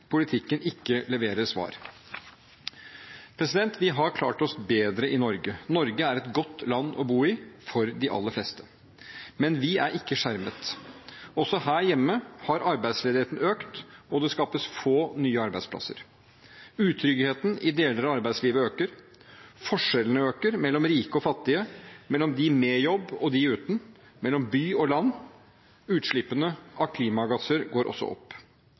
politikken ikke leverer svar. Vi har klart oss bedre i Norge. Norge er et godt land å bo i, for de aller fleste. Men vi er ikke skjermet. Også her hjemme har arbeidsledigheten økt, og det skapes få nye arbeidsplasser. Utryggheten i deler av arbeidslivet øker. Forskjellene øker – mellom rike og fattige, mellom de med jobb og de uten, mellom by og land. Utslippene av klimagasser går også opp.